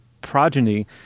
progeny